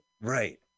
Right